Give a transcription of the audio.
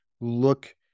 look